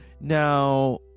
Now